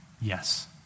Yes